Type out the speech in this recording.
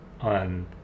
on